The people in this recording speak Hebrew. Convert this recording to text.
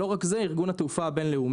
לא רק זה אלא שארגון התעופה הבינלאומי,